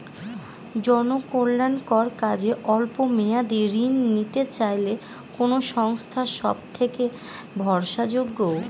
জনকল্যাণকর কাজে অল্প মেয়াদী ঋণ নিতে চাইলে কোন সংস্থা সবথেকে ভরসাযোগ্য?